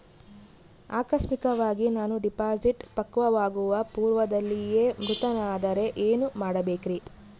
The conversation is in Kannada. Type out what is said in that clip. ಆಕಸ್ಮಿಕವಾಗಿ ನಾನು ಡಿಪಾಸಿಟ್ ಪಕ್ವವಾಗುವ ಪೂರ್ವದಲ್ಲಿಯೇ ಮೃತನಾದರೆ ಏನು ಮಾಡಬೇಕ್ರಿ?